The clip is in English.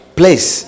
place